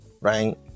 right